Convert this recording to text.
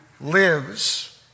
lives